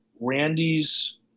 Randy's –